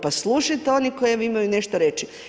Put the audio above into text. Pa slušajte one koji vam imaju nešto reći.